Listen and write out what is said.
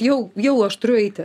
jau jau aš turiu eiti